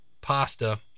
pasta